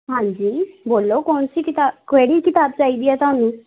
ਹਾਂਜੀ ਬੋਲੋ ਕੌਣ ਸੀ ਕਿਤਾ ਕਿਹੜੀ ਕਿਤਾਬ ਚਾਹੀਦੀ ਹੈ ਤੁਹਾਨੂੰ